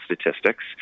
statistics